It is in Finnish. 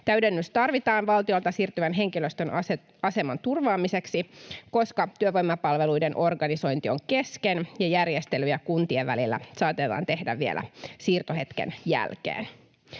Täydennys tarvitaan valtiolta siirtyvän henkilöstön aseman turvaamiseksi, koska työvoimapalveluiden organisointi on kesken ja järjestelyjä kuntien välillä saatetaan tehdä vielä siirtohetken jälkeen.